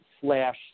slash